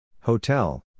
Hotel